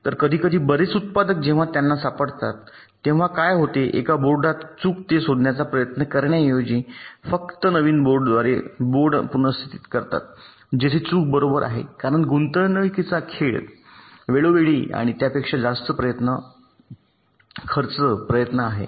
तर कधीकधी बरेच उत्पादक जेव्हा त्यांना सापडतात तेव्हा काय होते एका बोर्डात चूक ते शोधण्याचा प्रयत्न करण्याऐवजी फक्त नवीन बोर्डद्वारे बोर्ड पुनर्स्थित करतात जेथे चूक बरोबर आहे कारण गुंतवणूकीचा खर्च वेळोवेळी आणि त्यापेक्षा जास्त खर्च प्रयत्न आहे